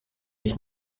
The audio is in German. ich